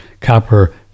copper